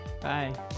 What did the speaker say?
Bye